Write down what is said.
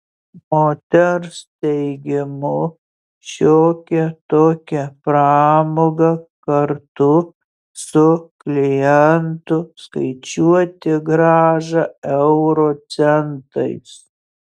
moters teigimu šiokia tokia pramoga kartu su klientu skaičiuoti grąžą euro centais